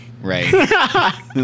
Right